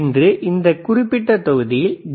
இன்று இந்த குறிப்பிட்ட தொகுதியில் டி